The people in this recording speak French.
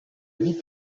vie